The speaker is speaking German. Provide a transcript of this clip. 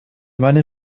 meinen